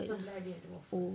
sebelah dia ada waffle